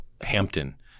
hampton